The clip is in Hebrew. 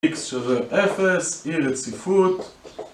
x=0, אי רציפות